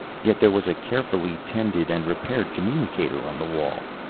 yet there was a carefully tended and repaired communicator on the wall.